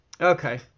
Okay